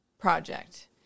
Project